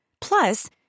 Plus